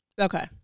Okay